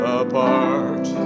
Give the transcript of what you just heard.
apart